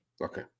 Okay